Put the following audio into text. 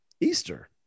Easter